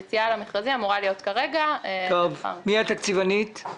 מי התקציבנית?